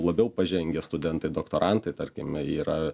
labiau pažengę studentai doktorantai tarkime yra